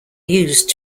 used